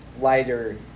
lighter